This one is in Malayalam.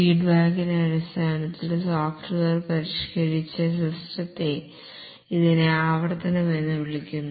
ഫീഡ്ബാക്കിന്റെ അടിസ്ഥാനത്തിൽ സോഫ്റ്റ്വെയർ പരിഷ്ക്കരിച്ച സിസ്റ്റത്തെ ഇതിനെ ആവർത്തനം എന്ന് വിളിക്കുന്നു